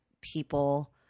people